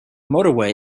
motorway